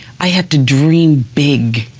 i had to dream big.